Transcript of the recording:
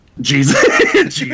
Jesus